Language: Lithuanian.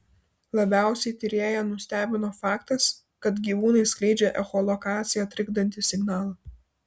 labiausiai tyrėją nustebino faktas kad gyvūnai skleidžia echolokaciją trikdantį signalą